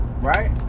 right